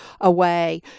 away